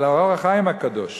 אבל ה"אור החיים" הקדוש